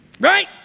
Right